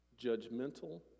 judgmental